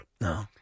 No